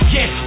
Yes